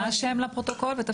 לא,